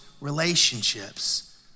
relationships